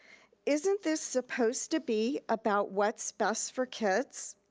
isn't this supposed to be about what's best for kids?